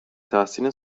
تحسین